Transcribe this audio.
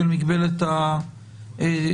של מגבלת התפוסה.